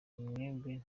mwene